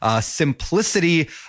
simplicity